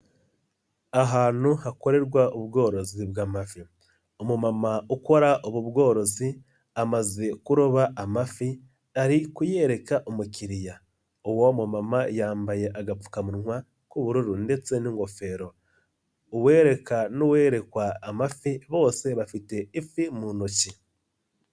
Ahantu hakorerwa ubworozi bw'amafi, umumama ukora ubu bworozi amaze kuroba amafi ari kuyereka umukiriya, uwo mumama yambaye agapfukamunwa k'ubururu ndetse n'ingofero, uwereka n'uwerekwa amafi bose bafite ifi mu ntoki.